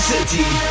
City